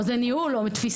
או שזה ניהול או תפיסה.